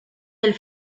del